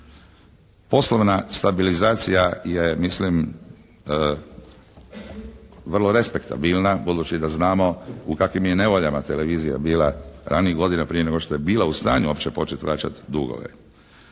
Poslovna stabilizacija je mislim vrlo respektabilna budući da znamo u kakvim je nevoljama televizija bila ranijih godina prije nego što je bila u stanju uopće početi vraćati dugove.